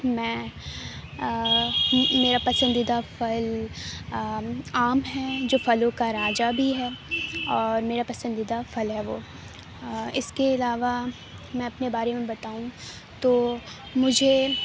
میں میرا پسندیدہ پھل آم ہے جو پھلوں کا راجا بھی ہے اور میرا پسندیدہ پھل ہے وہ اس کے علاوہ میں اپنے بارے میں بتاؤں تو مجھے